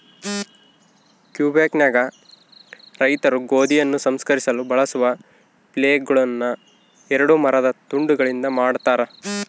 ಕ್ವಿಬೆಕ್ನಾಗ ರೈತರು ಗೋಧಿಯನ್ನು ಸಂಸ್ಕರಿಸಲು ಬಳಸುವ ಫ್ಲೇಲ್ಗಳುನ್ನ ಎರಡು ಮರದ ತುಂಡುಗಳಿಂದ ಮಾಡತಾರ